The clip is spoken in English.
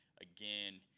again